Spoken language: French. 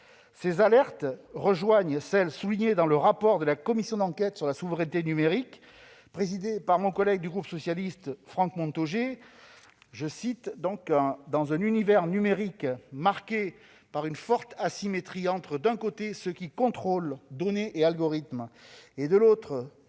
Ces alertes rejoignent celles qui figuraient dans le rapport de la commission d'enquête sur la souveraineté numérique, présidée par notre collègue du groupe socialiste Franck Montaugé :« Dans un univers numérique marqué par une forte asymétrie entre, d'un côté, ceux qui contrôlent données et algorithmes et, de l'autre,